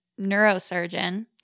neurosurgeon